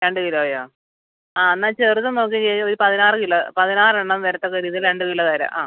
രണ്ട് കിലോയാ ആ എന്നാൽ ചെറുത് നോക്കി ചേച്ചി ഒരു പതിനാറ് കിലോ പതിനാറെണ്ണം വരത്തക്ക രീതീൽ രണ്ട് കിലോ തരുമോ ആ